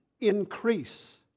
increase